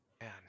Man